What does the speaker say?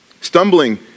Stumbling